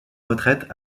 retraite